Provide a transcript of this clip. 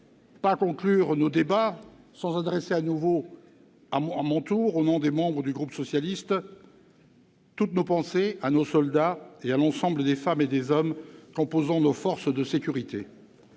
conclure nos débats sans adresser à mon tour, au nom des membres du groupe socialiste, toutes nos pensées à nos soldats et à l'ensemble des femmes et des hommes composant nos forces de sécurité.